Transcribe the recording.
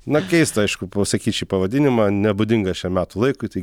na keista aišku pasakyt šį pavadinimą nebūdingą šiam metų laikui taigi